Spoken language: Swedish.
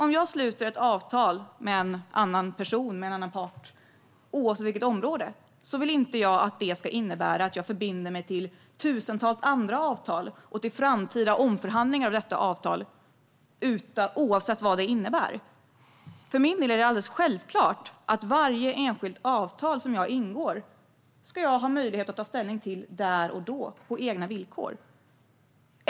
Om jag sluter ett avtal med en annan person eller part, oavsett vilket område det är, vill jag inte att det ska innebära att jag binder mig till tusentals andra avtal och till framtida omförhandlingar av detta avtal, oavsett vad det innebär. För min del är det alldeles självklart att jag ska ha möjlighet att ta ställning till varje enskilt avtal som jag ingår, där och då och på mina egna villkor.